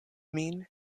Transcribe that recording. min